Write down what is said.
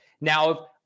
Now